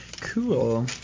Cool